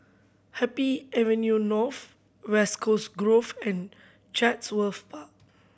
Happy Avenue North West Coast Grove and Chatsworth Park